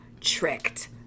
tricked